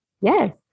Yes